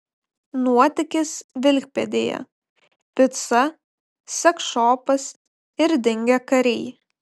nuotykis vilkpėdėje pica seksšopas ir dingę kariai